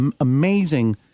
amazing